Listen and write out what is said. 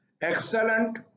excellent